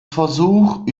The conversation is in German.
versuch